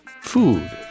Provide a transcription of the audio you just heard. food